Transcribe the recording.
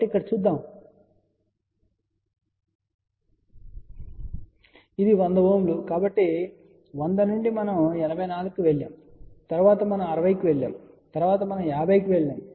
కాబట్టి ఇది 100Ω కాబట్టి 100 నుండి మనం 84 కి వెళ్ళాము తరువాత మనం 60 కి వెళ్ళాము తరువాత మనం 50 కి వెళ్ళాము